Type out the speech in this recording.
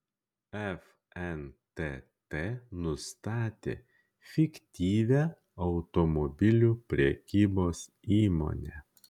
fntt nustatė fiktyvią automobilių prekybos įmonę